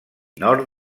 nord